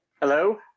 Hello